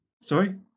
Sorry